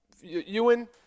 Ewan